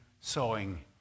sowing